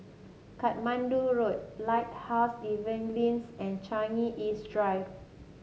Katmandu Road Lighthouse Evangelism and Changi East Drive